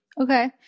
okay